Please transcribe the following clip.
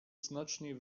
znacznie